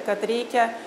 kad reikia